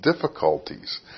difficulties